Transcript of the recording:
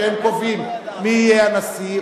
כשהם קובעים מי יהיה הנשיא,